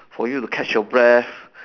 for you to catch your breath